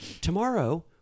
tomorrow-